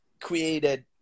created